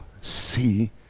see